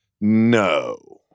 No